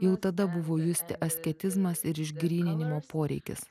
jau tada buvo justi asketizmas ir išgryninimo poreikis